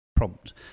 prompt